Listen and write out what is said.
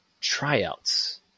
tryouts